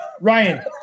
Ryan